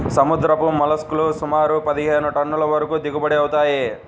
సముద్రపు మోల్లస్క్ లు సుమారు పదిహేను టన్నుల వరకు దిగుబడి అవుతాయి